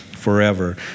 forever